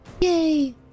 yay